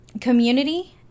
community